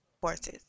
forces